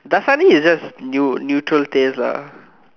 Dasani is just neu~ neutral taste lah